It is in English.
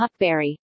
Huckberry